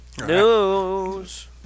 News